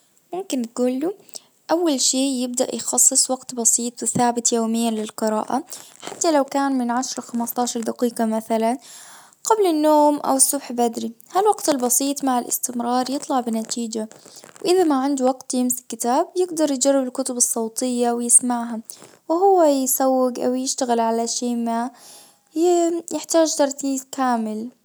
تجول له اول شيء يبدأ يخصص وقت بسيط وثابت يوميا للقراءة. حتى لو كان من عشرة خمسة عشر دقيقة مثلا قبل النوم او الصبح بدري هالوقت البسيط مع الاستمرار يطلع بنتيجة. واذا ما عنده وقت يمسك كتاب يجدر يجرب الكتب الصوتية ويسمعها وهو يسوق او يشتغل على شيء ما يحتاج تركيز كامل